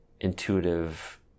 intuitive